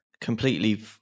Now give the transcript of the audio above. completely